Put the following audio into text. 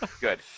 good